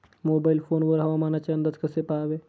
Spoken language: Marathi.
मोबाईल फोन वर हवामानाचे अंदाज कसे पहावे?